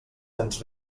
ens